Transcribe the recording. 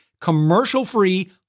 commercial-free